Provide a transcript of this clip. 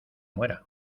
muera